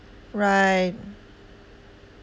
right